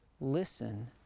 Listen